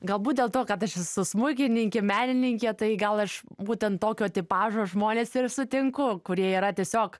galbūt dėl to kad aš esu smuikininkė menininkė tai gal aš būtent tokio tipažo žmones ir sutinku kurie yra tiesiog